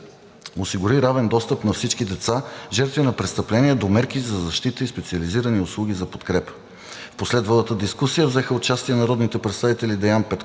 осигури равен достъп на всички деца, жертви на престъпления, до мерки за защита и специализирани услуги за подкрепа. В последвалата дискусия взеха участие народните представители Деян Петков,